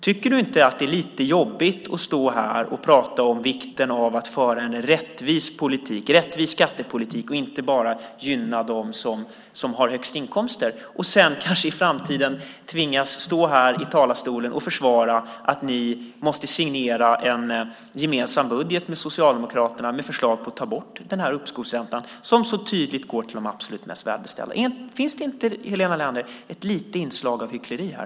Tycker du inte att det är lite jobbigt att stå här och prata om vikten av att föra en rättvis skattepolitik och inte bara gynna dem som har högst inkomster och sedan kanske i framtiden tvingas stå här i talarstolen och försvara att ni måste signera en gemensam budget med Socialdemokraterna med förslag på att ta bort den här uppskovsräntan som så tydligt gynnar de absolut mest välbeställda? Finns det inte, Helena Leander, ett litet inslag av hyckleri här?